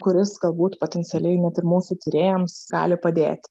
kuris galbūt potencialiai net ir mūsų tyrėjams gali padėti